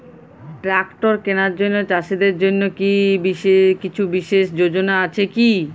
Tractor কেনার জন্য চাষীদের জন্য কী কিছু বিশেষ যোজনা আছে কি?